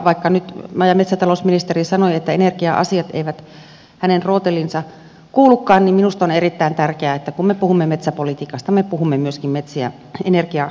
vaikka nyt maa ja metsätalousministeri sanoi että energia asiat eivät hänen rooteliinsa kuulukaan niin minusta on erittäin tärkeää että kun me puhumme metsäpolitiikasta me puhumme myöskin metsien energiakäytöstä